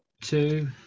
two